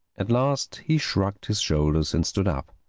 at last he shrugged his shoulders and stood up.